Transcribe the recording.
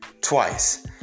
twice